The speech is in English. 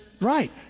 right